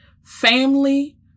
family